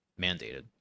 mandated